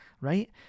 right